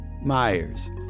Myers